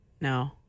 No